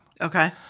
Okay